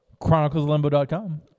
ChroniclesLimbo.com